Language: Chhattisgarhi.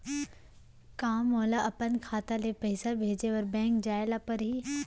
का मोला अपन खाता ले पइसा भेजे बर बैंक जाय ल परही?